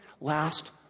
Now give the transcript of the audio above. last